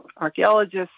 archaeologists